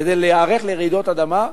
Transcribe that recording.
כדי להיערך לרעידות אדמה.